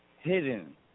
Hidden